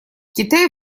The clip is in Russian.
китай